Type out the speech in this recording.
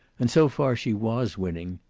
and so far she was winning.